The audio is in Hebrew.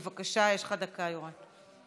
בבקשה, יש לך דקה, יוראי.